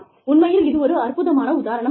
உண்மையில் இது ஒரு அற்புதமான உதாரணமாகும்